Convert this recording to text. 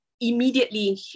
immediately